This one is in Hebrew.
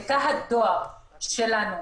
בתא הדואר שלנו,